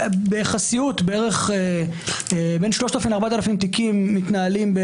ביחסיות בין 3,000 ל-4,000 תיקים מתנהלים-